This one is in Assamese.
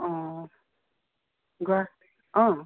অঁ অঁ